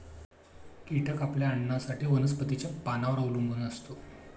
कीटक आपल्या अन्नासाठी वनस्पतींच्या पानांवर अवलंबून असतो